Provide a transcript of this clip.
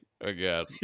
again